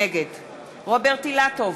נגד רוברט אילטוב,